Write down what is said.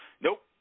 nope